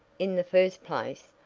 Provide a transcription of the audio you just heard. in the first place,